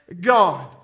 God